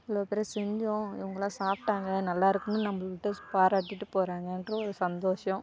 இவ்வளோ பேர் செஞ்சோம் இவங்களாம் சாப்பிட்டாங்க நல்லாயிருக்குன்னு நம்மகிட்ட ஸ் பாராட்டிட்டு போறாங்கன்ற ஒரு சந்தோஷம்